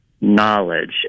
knowledge